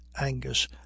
angus